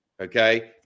Okay